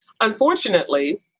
unfortunately